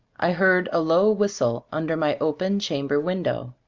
i heard a low whistle under my open chamber window.